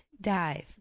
dive